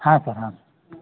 ಹಾಂ ಸರ್ ಹಾಂ